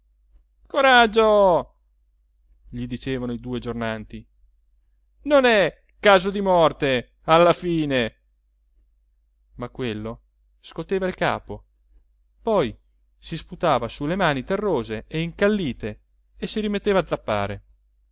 coraggio gli dicevano i due giornanti non è caso di morte alla fine ma quello scoteva il capo poi si sputava su le mani terrose e incallite e si rimetteva a zappare